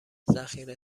ذخیره